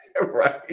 Right